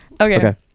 Okay